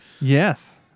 Yes